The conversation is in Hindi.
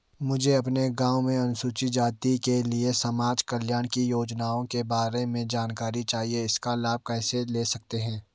मुझे अपने गाँव में अनुसूचित जाति के लिए समाज कल्याण की योजनाओं के बारे में जानकारी चाहिए इसका लाभ कैसे ले सकते हैं?